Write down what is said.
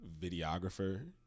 videographer